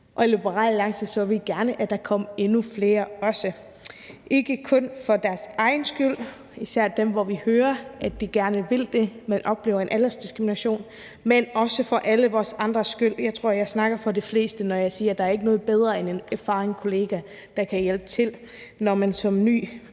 I Liberal Alliance så vi også gerne, at der kom endnu flere i beskæftigelse, ikke kun for deres egen skyld – altså især i forhold til dem, som vi hører gerne vil det, men som oplever en aldersdiskrimination – men også for vores andres skyld. Jeg tror, at jeg taler for de fleste, når jeg siger, at der ikke er noget bedre end en erfaren kollega, der kan hjælpe til, når man som ny